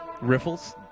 Riffles